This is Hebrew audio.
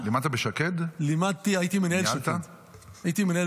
לימדתי, הייתי מנהל שקד.